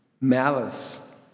malice